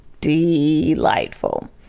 Delightful